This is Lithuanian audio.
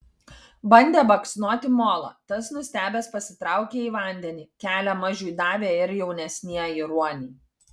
bandė baksnoti molą tas nustebęs pasitraukė į vandenį kelią mažiui davė ir jaunesnieji ruoniai